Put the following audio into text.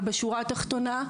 אבל בשורה התחתונה,